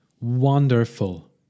Wonderful